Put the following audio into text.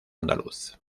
andaluz